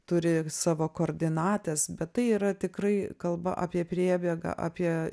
turi savo koordinates bet tai yra tikrai kalba apie priebėgą apie